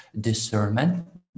discernment